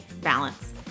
Balance